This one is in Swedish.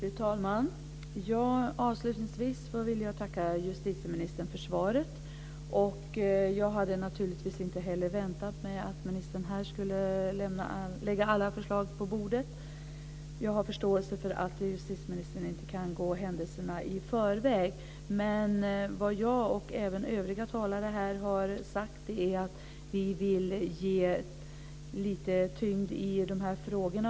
Fru talman! Avslutningsvis vill jag tacka justitieministern för svaret. Jag hade naturligtvis inte väntat mig att ministern här skulle lägga alla förslag på bordet. Jag har förståelse för att justitieministern inte kan gå händelserna i förväg. Men vad jag och även övriga talare här har sagt är att vi vill ge lite tyngd åt de här frågorna.